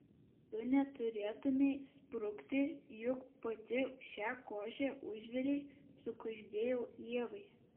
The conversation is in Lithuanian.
tu neturėtumei sprukti juk pati šią košę užvirei sukuždėjau ievai